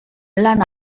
lana